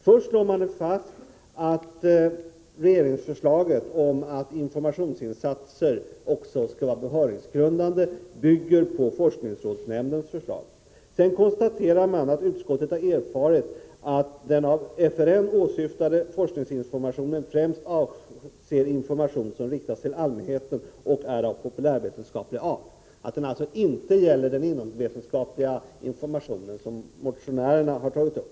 Först slår man fast att regeringsförslaget om att informationsinsatser också skall vara behörighetsgrundande bygger på forskningsrådsnämndens förslag. Sedan konstateras följande: ”Utskottet har erfarit att den av FRN åsyftade forskningsinformationen främst avser information som riktas till allmänheten och är av populärvetenskaplig art.” Det gäller alltså inte den inomvetenskapliga informationen, som motionären har tagit upp.